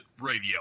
Radio